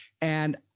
And-